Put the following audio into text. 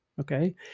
Okay